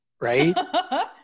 right